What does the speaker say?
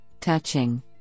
touching